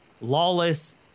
lawless